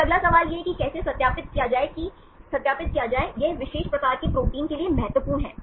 फिर अगला सवाल यह है कि कैसे सत्यापित किया जाए यह इस विशेष प्रकार के प्रोटीन के लिए महत्वपूर्ण है